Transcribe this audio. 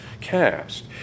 cast